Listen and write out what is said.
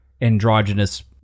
androgynous